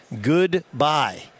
Goodbye